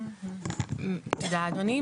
תודה אדוני.